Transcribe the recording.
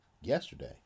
yesterday